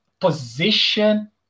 position